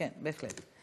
בהחלט.